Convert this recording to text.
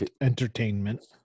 entertainment